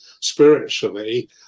spiritually